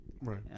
Right